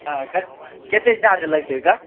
हँ क् कतेक चार्ज लगतै तऽ